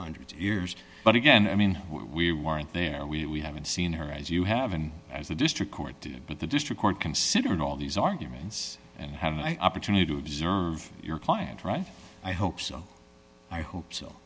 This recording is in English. hundreds of years but again i mean we weren't there and we haven't seen her as you haven't as the district court did but the district court considered all these arguments and have an opportunity to observe your client i hope so i hope so